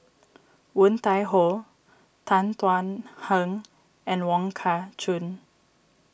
Woon Tai Ho Tan Thuan Heng and Wong Kah Chun